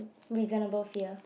reasonable sia